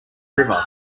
river